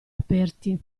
aperti